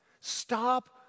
Stop